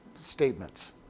statements